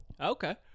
Okay